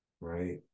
right